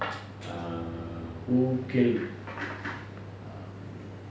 err who killed um